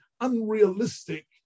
unrealistic